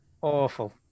Awful